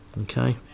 Okay